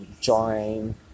join